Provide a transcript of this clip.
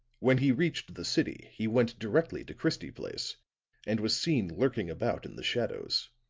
when he reached the city, he went directly to christie place and was seen lurking about in the shadows.